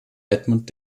edmund